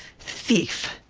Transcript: thief!